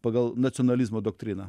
pagal nacionalizmo doktriną